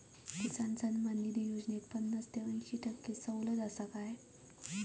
किसान सन्मान निधी योजनेत पन्नास ते अंयशी टक्के सवलत आसा काय?